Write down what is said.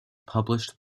published